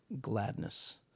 gladness